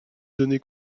données